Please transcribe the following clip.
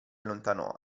allontanò